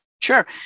Sure